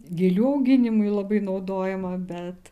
gėlių auginimui labai naudojama bet